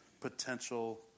potential